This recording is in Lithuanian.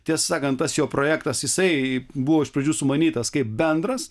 tiesą sakant tas jo projektas jisai buvo iš pradžių sumanytas kaip bendras